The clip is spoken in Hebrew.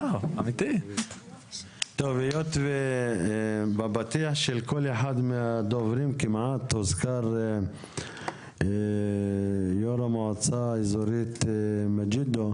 היות שבפתיח של כל אחד מהדוברים הוזכר ראש המועצה האזורית מגידו,